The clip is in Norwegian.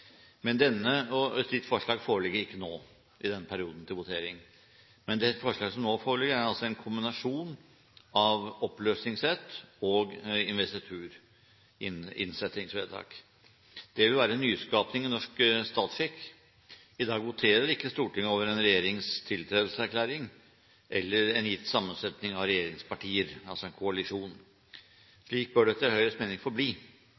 men et slikt forslag foreligger ikke nå i denne perioden til votering. Det forslaget som nå foreligger, er altså en kombinasjon av oppløsningsrett og investitur – et innsettingsvedtak. Det vil være en nyskaping i norsk statsskikk. I dag voterer ikke Stortinget over en regjerings tiltredelseserklæring eller en gitt sammensetning av regjeringspartier, altså en koalisjon. Slik bør det etter Høyres mening forbli.